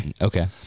Okay